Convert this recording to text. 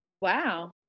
Wow